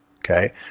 Okay